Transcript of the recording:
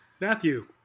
Matthew